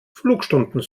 flugstunden